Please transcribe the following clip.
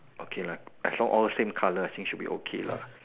okay lah as long all same colour I think should be okay lah